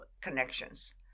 connections